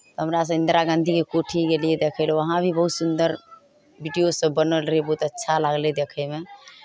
हमरासभ इन्दिरा गाँधीके कोठी गेलियै देखै लए वहाँ भी बहुत सुन्दर वीडियोसभ बनल रहै बहुत अच्छा लागलै देखैमे